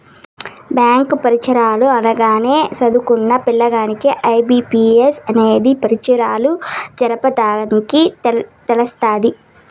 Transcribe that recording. bank పరీచ్చలు అనగానే సదుంకున్న పిల్లగాల్లకి ఐ.బి.పి.ఎస్ అనేది పరీచ్చలు జరపతదని తెలస్తాది